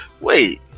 wait